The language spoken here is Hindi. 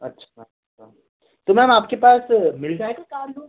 अच्छा अच्छा तो मैम आपके पास मिल जाएगा कार लोन